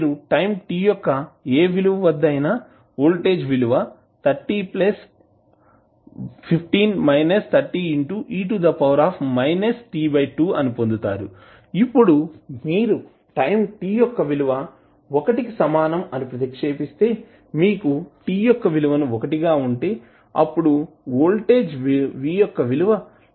మీరు time t యొక్క ఏ విలువ వద్ద అయినా వోల్టేజ్ విలువ అని పొందుతారు ఇప్పుడు మీరు టైం t యొక్క విలువ 1 కి సమానం అని ప్రతిక్షేపిస్తే మీకు t యొక్క విలువను 1 గా ఉంటే అప్పుడు వోల్టేజ్ v యొక్క విలువ 20